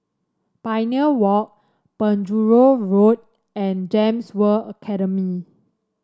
Pioneer Walk Penjuru Road and Gems World Academy